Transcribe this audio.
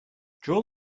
draw